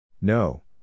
No